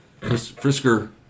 Frisker